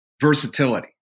versatility